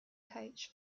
coach